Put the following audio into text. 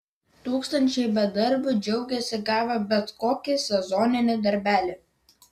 tūkstančiai bedarbių džiaugiasi gavę bet kokį sezoninį darbelį